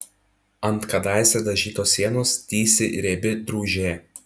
ant kadaise dažytos sienos tįsi riebi drūžė